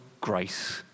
grace